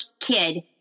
kid